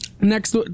Next